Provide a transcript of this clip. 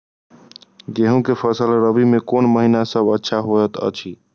गेहूँ के फसल रबि मे कोन महिना सब अच्छा होयत अछि?